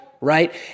right